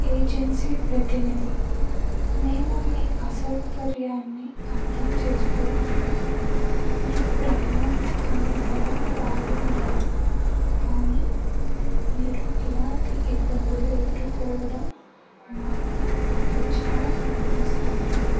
agency ప్రతినిధి మేము మీ అసౌకర్యాన్ని అర్థం చేసుకోగలం మీ ప్రయాణ అనుభవం బాగుండాలి కానీ మీరు ఇలాంటి ఇబ్బందులు ఎదుర్కోవడం మాకు విచారం కలిగిస్తోంది